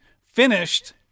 finished